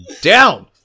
down